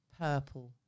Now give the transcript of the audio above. purple